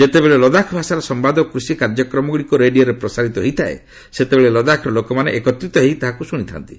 ଯେତେବେଳେ ଲଦାଖ ଭାଷାର ସମ୍ଭାଦ ଓ କୃଷି କାର୍ଯ୍ୟକ୍ରମଗୁଡ଼ିକ ରେଡିଓରେ ପ୍ରସାରିତ ହୋଇଥାଏ ସେତେବେଳେ ଲଦାଖ୍ର ଲୋକମାନେ ଏକତ୍ରିତ ହୋଇ ତାହାକୁ ଶୁଣିଥା'ନ୍ତି